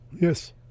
yes